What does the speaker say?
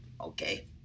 Okay